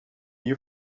nie